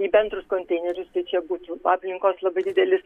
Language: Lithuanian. į bendrus konteinerius tai čia būtų aplinkos labai didelis